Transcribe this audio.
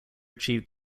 achieved